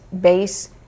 base